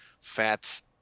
fat's